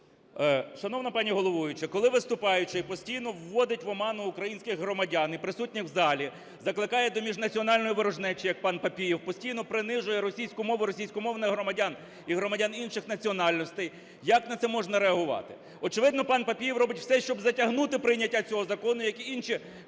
Шановна пані головуюча, коли виступаючий постійно вводить в оману українських громадян і присутніх в залі, закликає до міжнаціональної ворожнечі, як пан Папієв, постійно принижує російську мову, російськомовних громадян і громадян інших національностей, як на це можна реагувати? Очевидно, пан Папієв робить все, щоб затягнути прийняття цього закону, як і інші